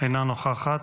אינה נוכחת,